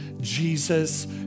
Jesus